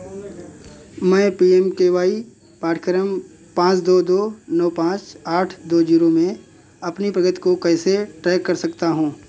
मैं P M K Y पाठ्यक्रम पाँच दो दो नौ पाँच आठ दो ज़ीरो में अपनी प्रगति को कैसे ट्रैक कर सकता हूँ